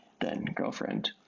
then-girlfriend